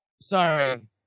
sorry